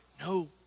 no